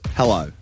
hello